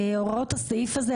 הוראות הסעיף הזה,